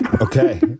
Okay